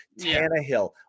Tannehill